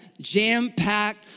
jam-packed